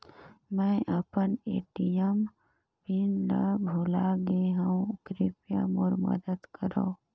मैं अपन ATM pin ल भुला गे हवों, कृपया मोर मदद करव